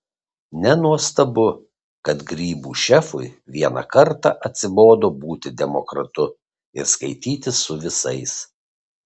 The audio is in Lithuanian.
nenuostabu kad grybų šefui vieną kartą atsibodo būti demokratu ir skaitytis su visais